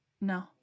No